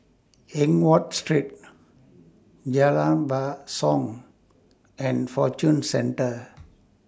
Eng Watt Street Jalan Basong and Fortune Centre